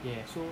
ya so